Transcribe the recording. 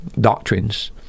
doctrines